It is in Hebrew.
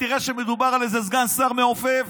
תראה שמדובר על איזה סגן שר מעופף,